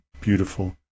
beautiful